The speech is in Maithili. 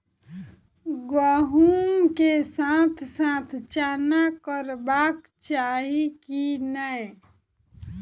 गहुम केँ साथ साथ चना करबाक चाहि की नै?